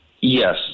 Yes